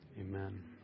Amen